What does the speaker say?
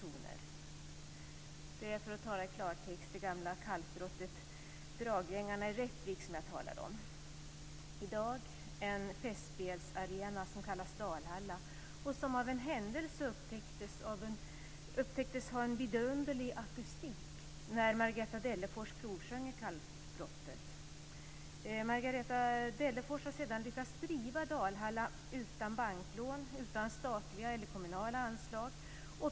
Det gäller, för att tala i klartext, det gamla kalkbrottet Draggängarna i Rättvik. I dag är det en festspelsarena som kallas Dalhalla och som av en händelse upptäcktes ha en vidunderlig akustik när Margareta Dellefors provsjöng i kalkbrottet. Margareta Dellefors har sedan lyckats driva Dalhalla utan banklån, utan statliga eller kommunala anslag.